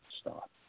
stop